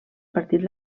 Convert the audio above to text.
partit